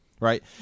right